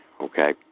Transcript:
okay